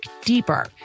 deeper